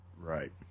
Right